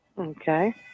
Okay